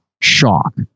shock